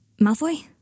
Malfoy